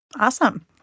Awesome